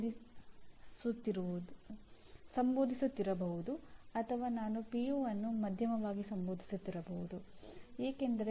ಆದರೆ ಪ್ರಧಾನವಾಗಿ 12ನೇ ತರಗತಿಯ ಪದವೀಧರರು ದಾಖಲಾತಿ ಪಡೆಯುತ್ತಾರೆ